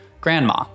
Grandma